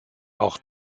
auch